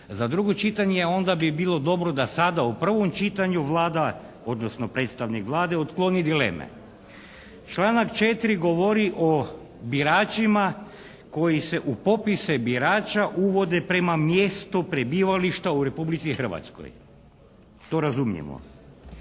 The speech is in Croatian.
za drugo čitanje, onda bi bilo dobro da sada u prvom čitanju Vlada odnosno predstavnik Vlade otkloni dileme. Članak 4. govori o biračima koji se u popise birača uvode prema mjestu prebivališta u Republici Hrvatskoj. To razumijemo.